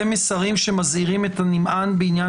זה מסרים שמזהירים את הנמען בעניין